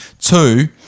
Two